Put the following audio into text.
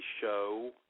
show